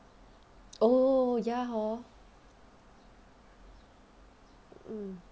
oh ya hor